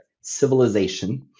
civilization